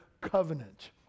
covenant